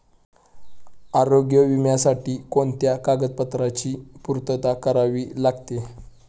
आरोग्य विम्यासाठी कोणत्या कागदपत्रांची पूर्तता करावी लागते?